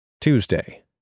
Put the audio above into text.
Tuesday